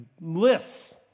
lists